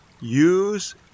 use